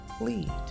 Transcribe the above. lead